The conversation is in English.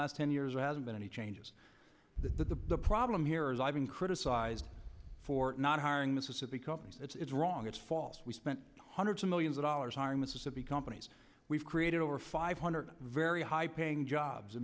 last ten years it hasn't been any changes the the problem here is i've been criticized for not hiring mississippi companies it's wrong it's false we spent hundreds of millions of dollars hiring mississippi companies we've created over five hundred very high paying jobs